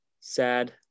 SAD